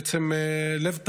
בעצם הלב,